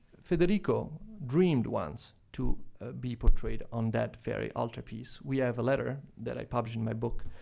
federico dreamed once to be portrayed on that very altarpiece. we have a letter, that i published in my book,